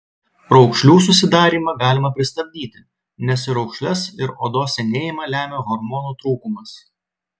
raukšlių susidarymą galima pristabdyti nes ir raukšles ir odos senėjimą lemia hormonų trūkumas